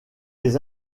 des